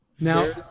Now